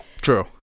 true